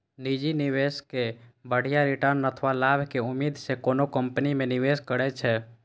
निजी निवेशक बढ़िया रिटर्न अथवा लाभक उम्मीद मे कोनो कंपनी मे निवेश करै छै